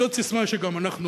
זו ססמה שגם אנחנו,